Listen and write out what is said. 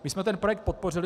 My jsme ten projekt podpořili.